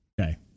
Okay